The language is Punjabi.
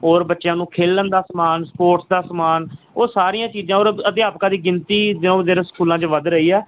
ਔਰ ਬੱਚਿਆਂ ਨੂੰ ਖੇਡਣ ਦਾ ਸਮਾਨ ਸਪੋਰਟਸ ਦਾ ਸਮਾਨ ਉਹ ਸਾਰੀਆਂ ਚੀਜ਼ਾਂ ਔਰ ਅਧਿਆਪਕਾਂ ਦੀ ਗਿਣਤੀ ਦਿਨੋਂ ਦਿਨ ਸਕੂਲਾਂ 'ਚ ਵੱਧ ਰਹੀ ਹੈ